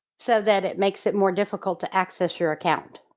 so that it makes it more difficult to access your account.